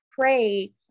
pray